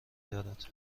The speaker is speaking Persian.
دارد